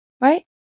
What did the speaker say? right